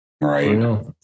right